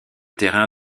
terrain